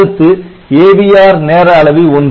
அடுத்து AVR நேரஅளவி 1